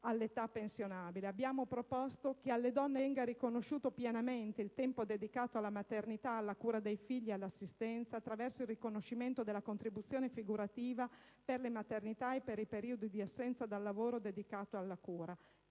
all'età pensionabile, abbiamo altresì proposto che alle donne venga riconosciuto pienamente il tempo dedicato alla maternità, alla cura dei figli e all'assistenza, attraverso il riconoscimento della contribuzione figurativa per le maternità e per i periodi di assenza dal lavoro dedicati alla cura.